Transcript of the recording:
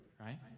right